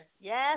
Yes